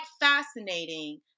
fascinating